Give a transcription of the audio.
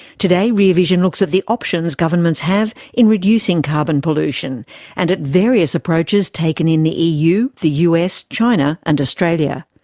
today rear vision looks at the options governments have in reducing carbon pollution and at various approaches taken in the eu, the us, china and australia.